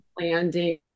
landing